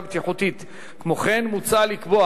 כמו כן, מוצע לקבוע